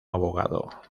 abogado